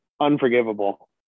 unforgivable